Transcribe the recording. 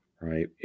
right